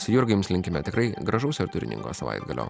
su jurga jums linkime tikrai gražaus ir turiningo savaitgalio